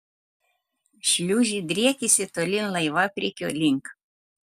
šliūžė driekėsi tolyn laivapriekio link